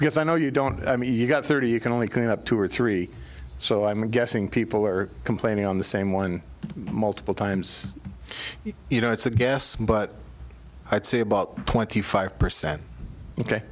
because i know you don't i mean you got thirty you can only clean up two or three so i'm guessing people are complaining on the same one multiple times you know it's a guess but i'd say about twenty five percent ok